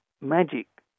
magic